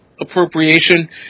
appropriation